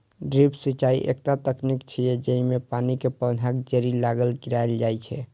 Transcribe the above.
drip सिंचाइ एकटा तकनीक छियै, जेइमे पानि कें पौधाक जड़ि लग गिरायल जाइ छै